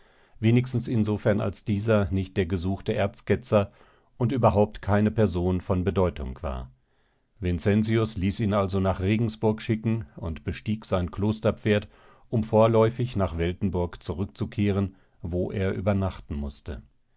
wenigstens insofern als dieser nicht der gesuchte erzketzer und überhaupt keine person von bedeutung war vincentius ließ ihn also nach regensburg schicken und bestieg sein klosterpferd um vorläufig nach weltenburg zurückzukehren wo er übernachten mußte